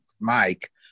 Mike